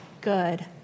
good